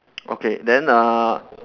okay then uh